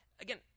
again—